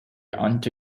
unto